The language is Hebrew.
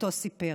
בעדותו סיפר: